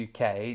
UK